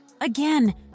Again